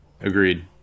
Agreed